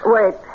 Wait